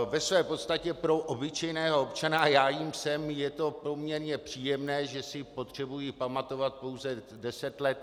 Ve své podstatě pro obyčejného občana, a já jím jsem, je to poměrně příjemné, že si potřebuji pamatovat pouze deset let.